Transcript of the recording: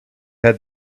had